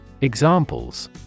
Examples